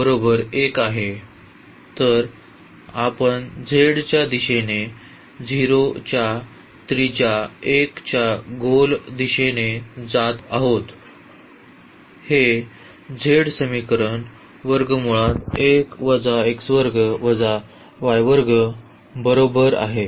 तर आपण z च्या दिशेने 0 च्या त्रिज्या 1 च्या गोल दिशेने जात आहोत हे z समीकरण बरोबर आहे